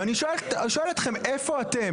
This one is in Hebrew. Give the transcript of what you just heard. ואני שואל אתכם איפה אתם.